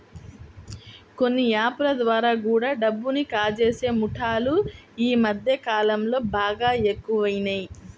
కొన్ని యాప్ ల ద్వారా కూడా డబ్బుని కాజేసే ముఠాలు యీ మద్దె కాలంలో బాగా ఎక్కువయినియ్